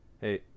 Hey